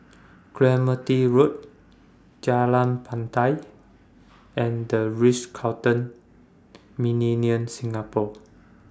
Clementi Road Jalan Batai and The Ritz Carlton Millenia Singapore